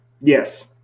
Yes